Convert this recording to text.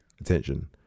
attention